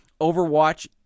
Overwatch